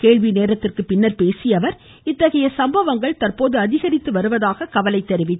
கேள்வி நேரத்திற்கு பின்னர் பேசிய அவர் இத்தகைய சம்பவங்கள் தற்போது அதிகரித்து வருவதாக கவலை தெரிவித்தார்